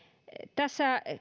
tässä